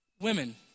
Women